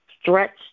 stretched